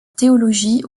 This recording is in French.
théologie